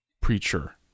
preacher